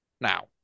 now